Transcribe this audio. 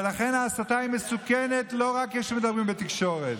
ולכן, ההסתה היא מסוכנת, לא רק כשמדברים בתקשורת.